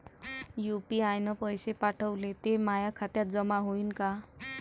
UPI न पैसे पाठवले, ते माया खात्यात जमा होईन का?